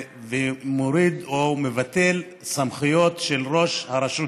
מוריד או מבטל סמכויות של ראש הרשות.